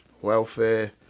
Welfare